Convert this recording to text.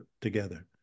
together